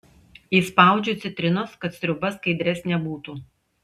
įspaudžiu citrinos kad sriuba skaidresnė būtų